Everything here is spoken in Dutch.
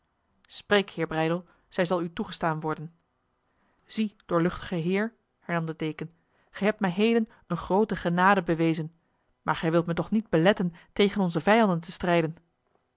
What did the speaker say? spreek heer breydel zij zal u toegestaan worden zie doorluchtige heer hernam de deken gij hebt mij heden een grote genade bewezen maar gij wilt mij toch niet beletten tegen onze vijanden te strijden